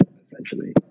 essentially